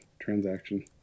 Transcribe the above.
transaction